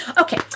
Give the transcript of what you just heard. Okay